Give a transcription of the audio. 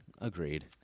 agreed